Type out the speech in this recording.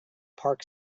park